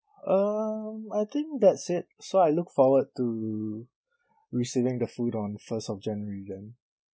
um I think that's it so I look forward to receiving the food on the first of january then